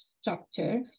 structure